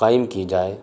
قائم کی جائے